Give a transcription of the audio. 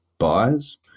Buyers